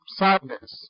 sadness